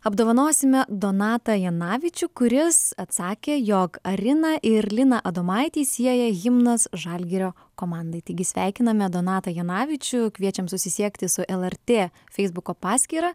apdovanosime donatą janavičių kuris atsakė jog ariną ir liną adomaitį sieja himnas žalgirio komandai taigi sveikiname donatą janavičių kviečiam susisiekti su lrt feisbuko paskyra